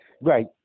Right